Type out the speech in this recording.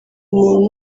umuntu